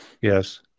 Yes